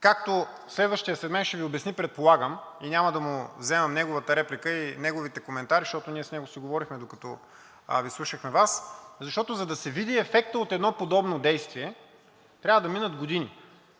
както следващият след мен ще Ви обясни, предполагам, и няма да му вземам репликата и неговите коментари, защото ние с него си говорихме, докато Ви слушахме Вас. За да се види ефектът от подобно действие, трябва да минат години.